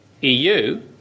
EU